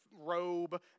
robe